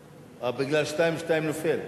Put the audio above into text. אה, בגלל 2 2 זה נופל.